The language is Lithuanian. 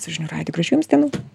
su žinių radiju gražių jums dienų